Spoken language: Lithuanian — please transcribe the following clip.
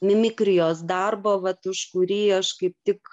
mimikrijos darbo vat už kurį aš kaip tik